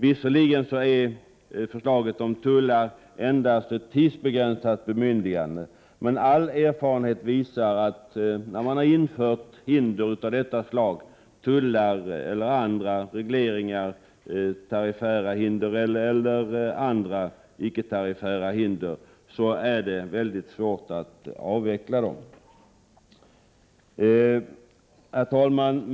Förslaget om tullar gäller i och för sig endast ett tidsmässigt begränsat bemyndigande, men all erfarenhet visar att när man har infört hinder av något slag — tullar eller tariffära eller icke-tariffära hinder — är det mycket svårt att avveckla dem. Herr talman!